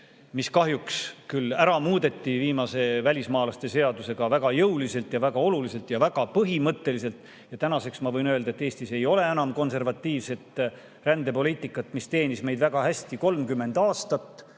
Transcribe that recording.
mis kahjuks küll viimase välismaalaste seadusega väga jõuliselt, väga oluliselt ja väga põhimõtteliselt ära muudeti, ja tänaseks ma võin öelda, et Eestis ei ole enam konservatiivset rändepoliitikat. See teenis meid väga hästi 30 aastat,